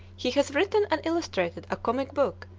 he has written and illustrated a comic book,